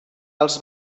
els